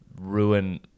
ruin